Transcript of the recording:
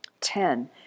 Ten